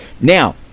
Now